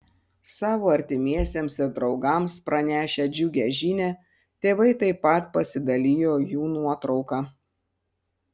savo artimiesiems ir draugams pranešę džiugią žinią tėvai taip pat pasidalijo jų nuotrauka